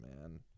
man